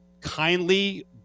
kindly